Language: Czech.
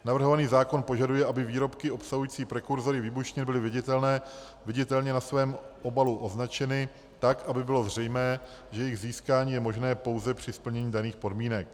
Navrhovaný zákon požaduje, aby výrobky obsahující prekurzory výbušnin byly viditelně na svém obalu označeny tak, aby bylo zřejmé, že jejich získání je možné pouze při splnění daných podmínek.